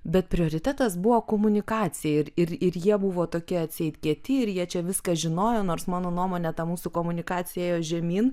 bet prioritetas buvo komunikacija ir ir jie buvo tokie atseit kieti ir jie čia viską žinojo nors mano nuomone ta mūsų komunikacija ėjo žemyn